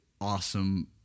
awesome